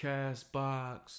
CastBox